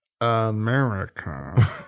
america